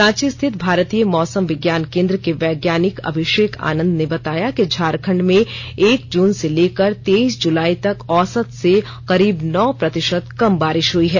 रांची स्थित भारतीय मौसम विज्ञान केंद्र के वैज्ञानिक अभिषेक आनंद ने बताया कि झारखंड में एक जून से लेकर तेईस जुलाई तक औसत से करीब नौ प्रतिशत कम बारिश हुई है